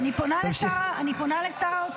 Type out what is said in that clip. אני פונה לשר האוצר.